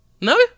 No